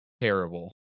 terrible